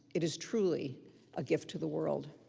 it is truly a gift to the world.